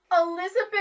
Elizabeth